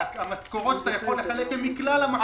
המשכורות שאתה יכול לחלק הן מכלל המחזור,